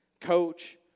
Coach